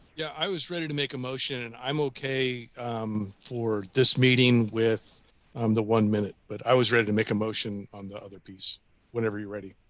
yeah i was ready to make a motion. i'm okay um for this meeting with um the one minute. but i was ready to make a motion on the other piece whenever you are ready.